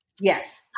Yes